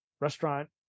restaurant